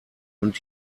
und